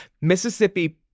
Mississippi